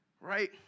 right